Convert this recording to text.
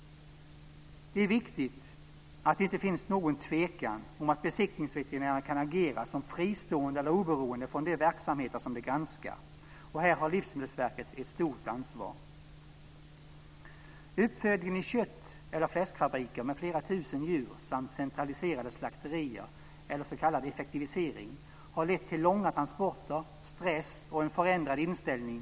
Det är viktigt att det inte finns någon tvekan om att besiktningsveterinärerna kan agera som fristående eller oberoende från de verksamheter som de granskar. Här har Livsmedelsverket ett stort ansvar. effektivisering har lett till långa transporter, stress och en förändrad inställning.